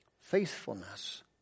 faithfulness